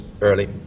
early